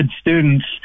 students